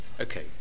okay